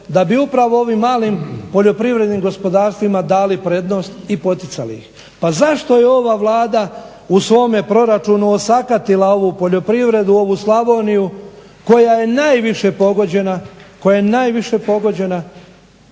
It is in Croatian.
da bi upravo ovim malim poljoprivrednim gospodarstvima dali prednost i poticali ih. Pa zašto je ova Vlada u svome proračunu osakatila ovu poljoprivredu, ovu Slavoniju koja je najviše pogođena, koja je najviše pogođena,